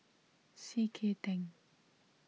C K Tang